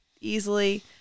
easily